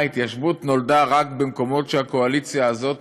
מה, ההתיישבות נולדה רק במקומות שהקואליציה הזאת